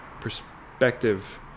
perspective